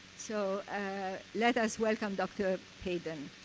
so let us welcome dr. hayden.